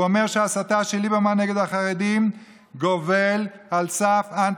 הוא אומר שההסתה של ליברמן נגד החרדים גובלת באנטישמיות.